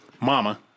mama